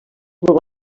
molt